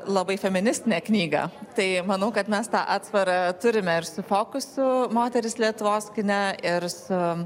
labai feministinę knygą tai manau kad mes tą atsvarą turime ir su fokusu moterys lietuvos kine ir su